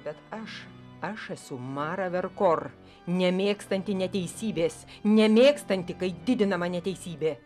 bet aš aš esu mara verkor nemėgstanti neteisybės nemėgstanti kai didinama neteisybė